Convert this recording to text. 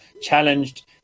challenged